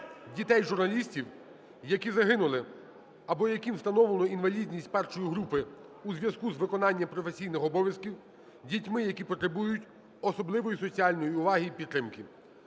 дітей журналістів, які загинули або яким встановлено інвалідність 1 групи у зв'язку з виконанням професійних обов'язків, дітьми, які потребують особливої соціальної уваги та підтримки,